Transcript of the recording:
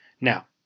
Now